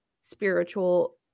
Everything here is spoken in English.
spiritual